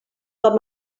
com